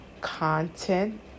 Content